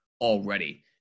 already